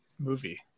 movie